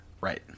Right